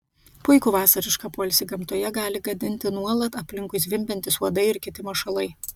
puikų vasarišką poilsį gamtoje gali gadinti nuolat aplinkui zvimbiantys uodai ir kiti mašalai